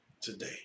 today